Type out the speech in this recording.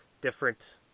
different